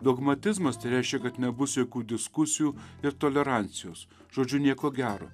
dogmatizmas tai reiškia kad nebus jokių diskusijų ir tolerancijos žodžiu nieko gero